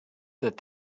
that